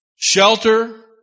Shelter